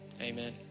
amen